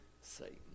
Satan